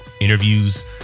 interviews